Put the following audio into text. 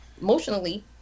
emotionally